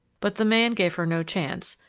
but the man gave her no chance,